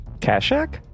Kashak